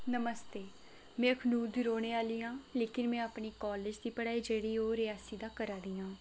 नमस्ते में अखनूर दी रौह्ने आह्ली आं लेकिन में अपनी कॉलेज दी पढ़ाई जेह्ड़ी ओह् रियासी दा करै'दी आं